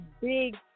big